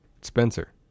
Spencer